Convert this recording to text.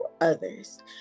others